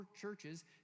churches